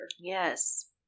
Yes